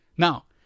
Now